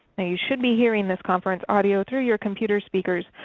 now you should be hearing this conference audio through your computer speakers,